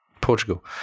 Portugal